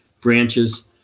branches